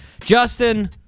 Justin